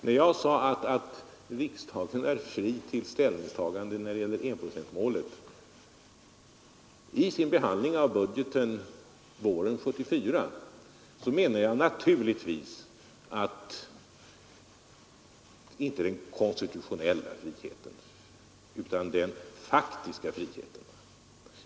När jag sade att riksdagen är fri att ta ställning när det gäller enprocentsmålet i sin behandling av budgeten våren 1974, så menade jag naturligtvis inte den konstitutionella friheten utan den faktiska friheten.